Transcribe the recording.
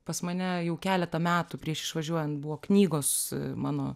pas mane jau keletą metų prieš išvažiuojant buvo knygos mano